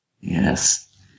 Yes